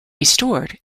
restored